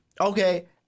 okay